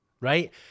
right